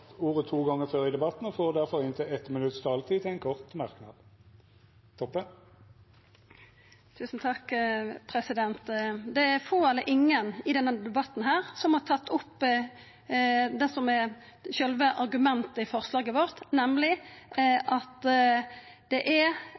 ordet to gonger tidlegare og får ordet til ein kort merknad, avgrensa til 1 minutt. Det er få eller ingen i denne debatten som har tatt opp det som er sjølve argumentet i forslaget vårt, nemleg at det er